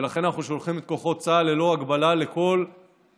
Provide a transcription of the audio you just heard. ולכן אנחנו שולחים את כוחות צה"ל ללא הגבלה לכל המקומות